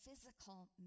physical